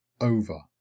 over